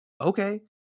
okay